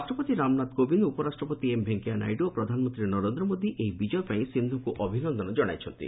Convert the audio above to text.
ରାଷ୍ଟ୍ରପତି ରାମନାଥ କୋବିନ୍ଦ ଉପରାଷ୍ଟ୍ରପତି ଏମ୍ ଭେଙ୍କୟା ନାଇଡ଼ୁ ଓ ପ୍ରଧାନମନ୍ତ୍ରୀ ନରେନ୍ଦ୍ର ମୋଦୀ ଏହି ବିଜୟ ପାଇଁ ସିନ୍ଧୁଙ୍କୁ ଅଭିନନ୍ଦନ ଜଣାଇଛନ୍ତି